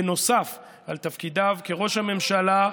נוסף על תפקידיו כראש הממשלה,